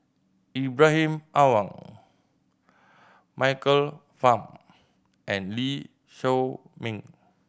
Ibrahim Awang Michael Fam and Lee Shao Meng